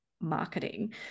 marketing